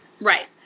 right